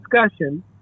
discussion